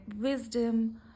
wisdom